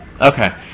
Okay